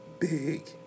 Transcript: big